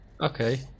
okay